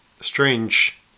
strange